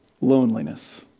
loneliness